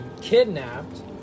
kidnapped